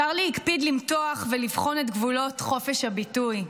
צ'רלי הקפיד למתוח ולבחון את גבולות חופש הביטוי.